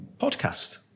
podcast